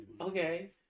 Okay